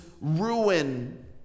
ruin